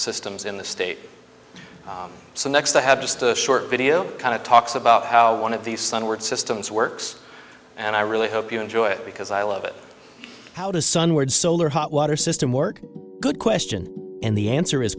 systems in the state so next i have just a short video kind of talks about how one of these sun work systems works and i really hope you enjoy it because i love it how to sunward solar hot water system work good question and the answer is